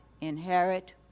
inherit